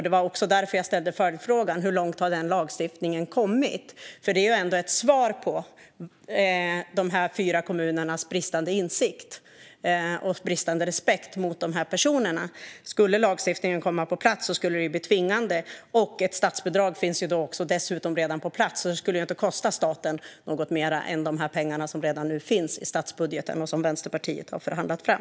Det var också därför jag ställde följdfrågan om hur långt man har kommit med den lagstiftningen. Det är ändå ett svar på de här fyra kommunernas bristande insikt och bristande respekt gentemot de här personerna. Om lagstiftningen skulle komma på plats skulle det bli tvingande. Ett statsbidrag finns ju dessutom redan på plats, så det skulle inte kosta staten något mer än de pengar som redan nu finns i statsbudgeten och som Vänsterpartiet har förhandlat fram.